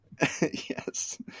Yes